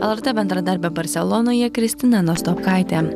lrt bendradarbė barselonoje kristina nastopkaitė